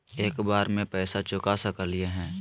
एक बार में पैसा चुका सकालिए है?